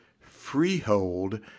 freehold